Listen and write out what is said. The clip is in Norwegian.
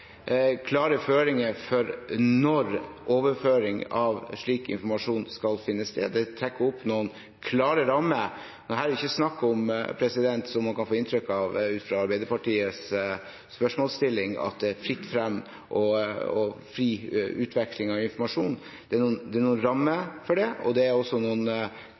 Det er trukket opp noen klare rammer. Her er det ikke snakk om at det er fritt frem og fri utveksling av informasjon, som man kan få inntrykk av ut fra Arbeiderpartiets spørsmålsstilling. Det er noen rammer for det, og det er også noen krav som skal tilfredsstilles. Dette er en helt naturlig oppfølging av 22. juli-kommisjonen. Dette er